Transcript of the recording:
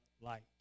light